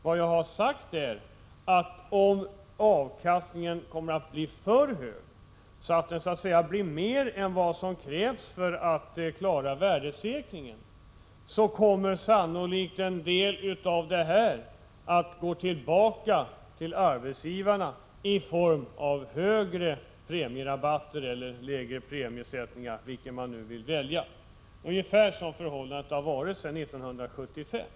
Vad jag har sagt är att om avkastningen blir för hög, så att den blir större än vad som krävs för att klara värdesäkringen, kommer sannolikt en del härav att gå tillbaka till arbetsgivarna i form av högre premierabatter eller lägre premiesättningar, vilket man nu väljer. Ungefär så har förhållandet varit sedan 1975.